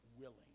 willing